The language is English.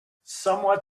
someone